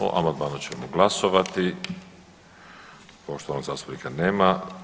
O amandmanu ćemo glasovati, poštovanog zastupnika nema.